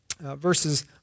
verses